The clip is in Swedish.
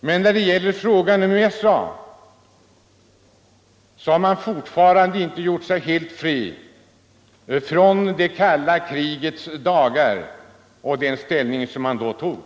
Men när det gäller frågan om USA har man fortfarande inte gjort sig helt fri från den ställning man intog under det kalla krigets dagar.